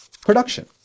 production